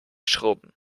schrubben